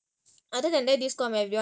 but he is still very nice lah